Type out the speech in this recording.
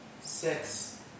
six